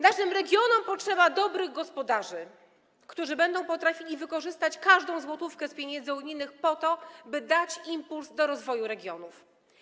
Naszym regionom potrzeba dobrych gospodarzy, którzy będą potrafili wykorzystać każdą złotówkę z pieniędzy unijnych po to, by dać impuls do rozwoju regionów.